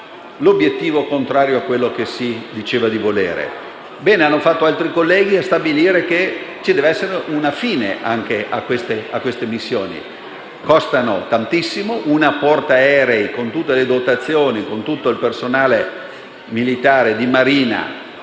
l'obiettivo contrario rispetto a quello che si diceva di voler perseguire. Bene hanno fatto altri colleghi a stabilire che ci deve essere una fine a queste missioni, che costano tantissimo. Una portaerei, con tutte le dotazioni e il personale militare di Marina,